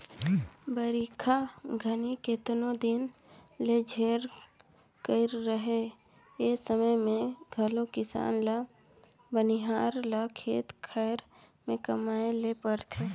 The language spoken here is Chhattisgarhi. बरिखा घनी केतनो दिन ले झेर कइर रहें ए समे मे घलो किसान ल बनिहार ल खेत खाएर मे कमाए ले परथे